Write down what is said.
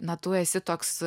na tu esi toks